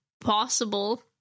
possible